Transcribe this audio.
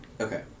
Okay